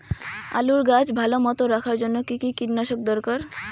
আলুর গাছ ভালো মতো রাখার জন্য কী কী কীটনাশক দরকার?